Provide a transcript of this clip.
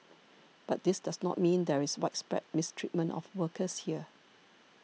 but this does not mean there is widespread mistreatment of workers here